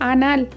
Anal